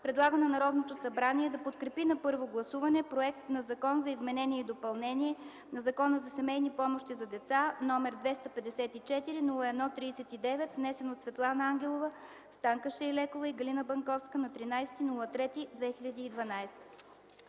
предлага на Народното събрание да подкрепи на първо гласуване Законопроект за изменение и допълнение на Закона за семейни помощи за деца, № 254-01-39, внесен от Светлана Ангелова, Станка Шайлекова и Галина Банковска на 13 март 2012